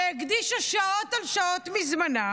שהקדישה שעות על שעות מזמנה